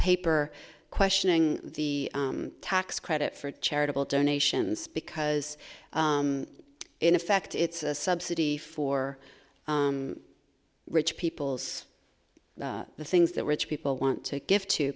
paper questioning the tax credit for charitable donations because in effect it's a subsidy for rich people's the things that which people want to give to